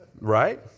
Right